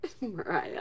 Mariah